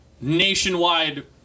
nationwide